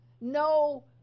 no